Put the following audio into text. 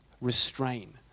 restrain